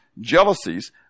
jealousies